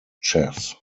chess